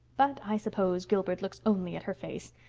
but i suppose gilbert looks only at her face.